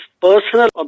personal